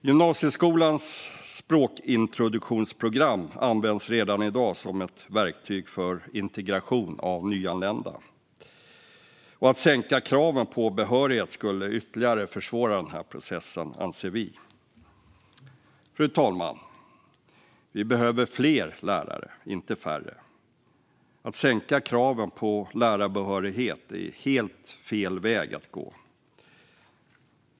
Gymnasieskolans språkintroduktionsprogram används redan i dag som ett verktyg för integration av nyanlända. Att sänka kraven på behörighet skulle ytterligare försvåra den processen, anser vi. Fru talman! Vi behöver fler lärare, inte färre. Att sänka kraven på lärarbehörighet är helt fel väg att gå.